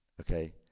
Okay